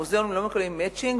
המוזיאונים לא מקבלים "מצ'ינג",